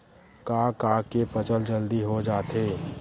का का के फसल जल्दी हो जाथे?